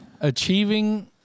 Achieving